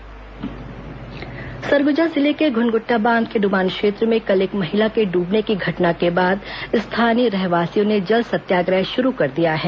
सरगुजा जल सत्याग्रह सरगुजा जिले के घुनघुट्टा बांध के डूबान क्षेत्र में कल एक महिला के डूबने की घटना के बाद स्थानीय रहवासियों ने जल सत्याग्रह शुरू कर दिया है